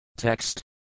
Text